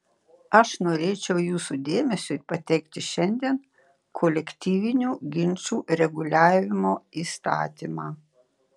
aš norėčiau jūsų dėmesiui pateikti šiandien kolektyvinių ginčų reguliavimo įstatymą